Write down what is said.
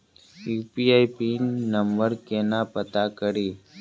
UPI number केना पत्ता कड़ी?